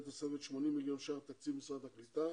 תוספת של 80 מיליון שקלים תקציב משרד הקליטה.